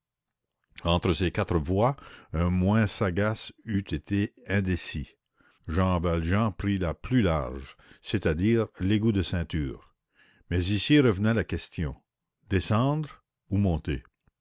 entre ces quatre voies un moins sagace eût été indécis jean valjean prit la plus large c'est-à-dire l'égout de ceinture mais ici revenait la question descendre ou monter